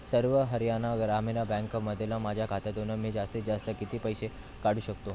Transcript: सर्व हरियाणा ग्रामीण बँकमधील माझ्या खात्यातून मी जास्तीत जास्त किती पैसे काढू शकतो